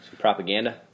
propaganda